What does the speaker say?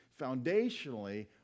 foundationally